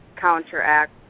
counteract